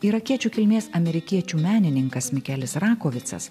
irakiečių kilmės amerikiečių menininkas mikelis rakovicas